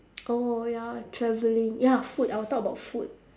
oh ya travelling ya food I will talk about food